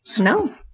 No